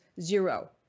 zero